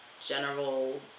general